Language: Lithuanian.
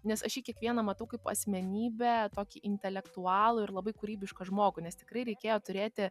nes aš jį kiekvieną matau kaip asmenybę tokį intelektualų ir labai kūrybišką žmogų nes tikrai reikėjo turėti